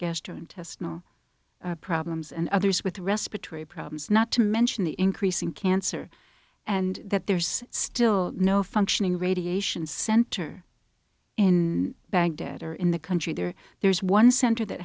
gastrointestinal problems and others with respiratory problems not to mention the increasing cancer and that there's still no functioning radiation center in baghdad or in the country there there's one center that